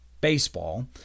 baseball